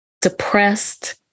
depressed